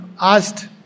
asked